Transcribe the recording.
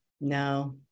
No